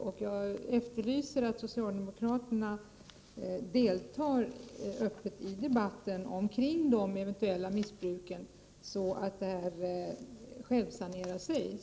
Jag efterlyser att socialdemokraterna öppet deltar i debatten kring de eventuella missbruk som har förekommit, så att det blir en självsanering.